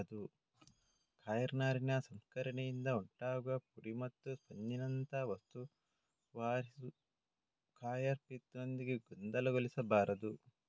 coir ನಾರಿನ ಸಂಸ್ಕರಣೆಯಿಂದ ಉಂಟಾಗುವ ಪುಡಿ ಮತ್ತು ಸ್ಪಂಜಿನಂಥ ವಸ್ತುವಾಗಿರುವ ಕಾಯರ್ ಪಿತ್ ನೊಂದಿಗೆ ಗೊಂದಲಗೊಳಿಸಬಾರದು